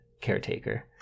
caretaker